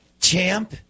Champ